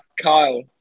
Kyle